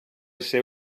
ser